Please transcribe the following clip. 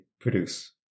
produce